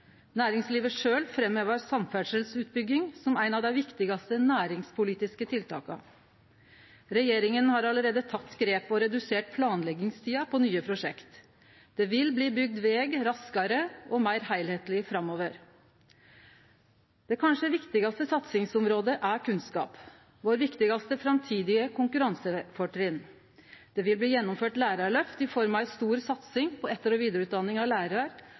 Næringslivet sjølv framhevar samferdselsutbygging som eit av dei viktigaste næringspolitiske tiltaka. Regjeringa har allereie teke grep og redusert planleggingstida på nye prosjekt. Det vil bli bygt veg raskare og meir heilskapleg framover. Det kanskje viktigaste satsingsområdet er kunnskap, vårt viktigaste framtidige konkurransefortrinn. Det vil bli gjennomført lærarløft i form av ei stor satsing på etter- og vidareutdanning av